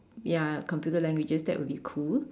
ya computer languages that would be cool